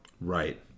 Right